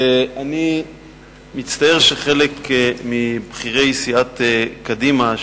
אני מצטער שחלק מבכירי סיעת קדימה,